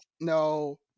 No